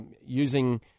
using